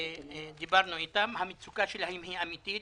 דיברנו איתם, המצוקה שלהם היא אמיתית.